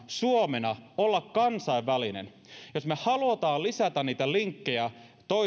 suomena olla kansainvälinen jos me haluamme lisätä niitä linkkejä